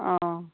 অঁ